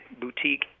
boutique